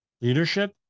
Leadership